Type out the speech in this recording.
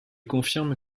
confirme